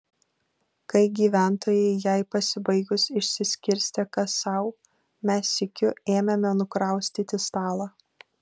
kai gyventojai jai pasibaigus išsiskirstė kas sau mes sykiu ėmėme nukraustyti stalą